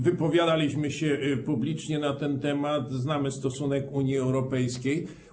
Wypowiadaliśmy się publicznie na ten temat, znamy stosunek Unii Europejskiej.